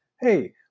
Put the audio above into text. hey